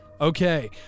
Okay